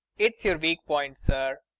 it's your weak point, sir.